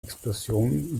explosion